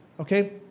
Okay